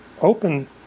open